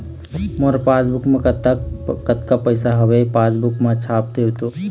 मोर passbook मा कतका पैसा हवे पासबुक मा छाप देव तो?